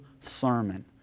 sermon